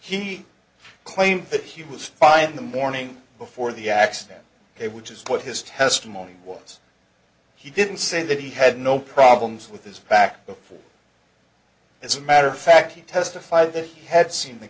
he claims that he was fine in the morning before the accident which is what his testimony was he didn't say that he had no problems with his back before it's a matter of fact he testified that he had seen the